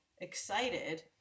excited